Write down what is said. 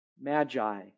magi